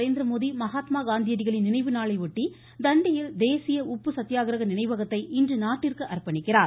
நரேந்திரமோடி மகாத்மா காந்தியடிகளின் நினைவு நாளையொட்டி தண்டியில் தேசிய உப்பு சத்தியாக்கிரக நினைவகத்தை இன்று நாட்டிற்கு அர்ப்பணிக்கிறார்